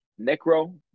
Necro